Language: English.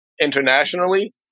internationally